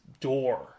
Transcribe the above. door